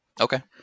Okay